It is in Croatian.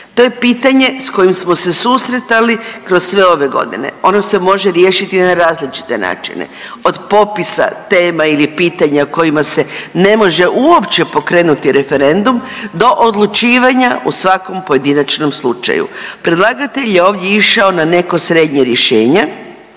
To je pitanje s kojim smo se susretali kroz sve ove godine, ono se može riješiti na različite načine od popisa tema ili pitanja kojima se ne može uopće pokrenuti referendum do odlučivanja u svakom pojedinačnom slučaju. Predlagatelj je ovdje išao na neko srednje rješenje,